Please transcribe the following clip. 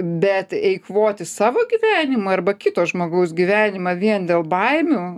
bet eikvoti savo gyvenimą arba kito žmogaus gyvenimą vien dėl baimių